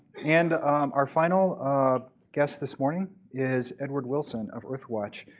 and our final ah guest this morning is edward wilson of earthwatch.